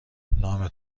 نام